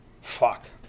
fuck